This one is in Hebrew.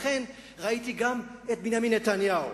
לכן ראיתי גם את בנימין נתניהו